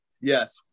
Yes